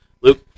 Luke